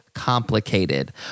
complicated